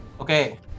Okay